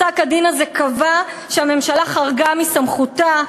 פסק-הדין הזה קבע שהממשלה חרגה מסמכותה,